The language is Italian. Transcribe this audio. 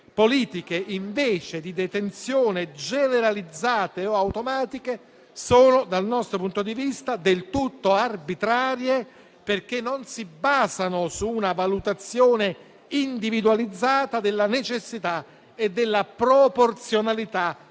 Politiche, invece, di detenzione generalizzate o automatiche sono, dal nostro punto di vista, del tutto arbitrarie perché non si basano su una valutazione individualizzata della necessità e della proporzionalità